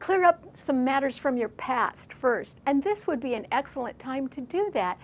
clear up some matters from your past first and this would be an excellent time to do that